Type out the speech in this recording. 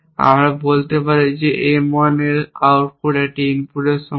আমরা বলতে পারি যে M 1 এর আউটপুট একটি ইনপুট এর সমান